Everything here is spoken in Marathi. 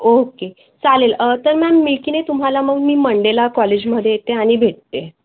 ओके चालेल तर मॅम मी की नाही तुम्हाला मग मी मंडेला कॉलेजमध्ये येते आणि भेटते